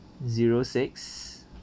zero six